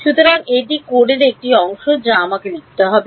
সুতরাং এটি কোডের একটি অংশ যা আমাকে লিখতে হবে